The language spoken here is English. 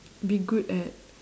be good at